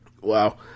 Wow